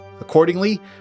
Accordingly